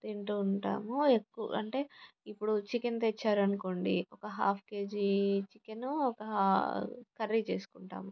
తింటు ఉంటాము ఎక్కువ అంటే ఇప్పుడు చికెన్ తెచ్చారనుకోండి ఒక హాఫ్ కేజీ చికెను కర్రీ చేసుకుంటాము